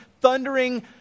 thundering